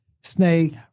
snake